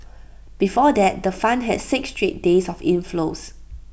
before that the fund had six straight days of inflows